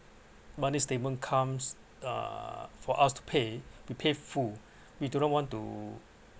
monthly statement comes uh for us to pay we pay full we do not want to